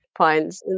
Pines